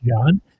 John